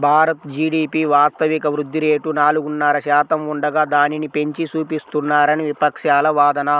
Bharat GDP వాస్తవిక వృద్ధి rate నాలుగున్నర శాతం ఉండగా దానిని పెంచి చూపిస్తున్నారని విపక్షాల వాదన